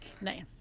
Nice